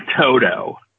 Toto